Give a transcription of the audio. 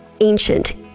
ancient